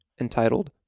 entitled